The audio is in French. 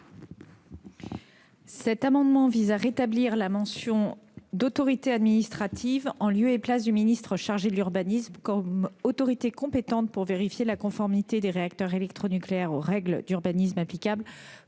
Cet amendement vise à rétablir la mention de l'autorité administrative, en lieu et place du ministre chargé de l'urbanisme, comme autorité compétente pour vérifier la conformité des réacteurs électronucléaires aux règles d'urbanisme applicables.